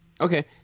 Okay